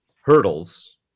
hurdles